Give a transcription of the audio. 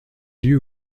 liu